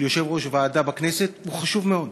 של יושב-ראש ועדה בכנסת היא חשובה מאוד,